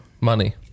money